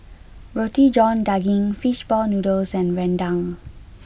Roti John Daging fish ball noodles and Rendang